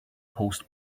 post